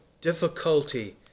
difficulty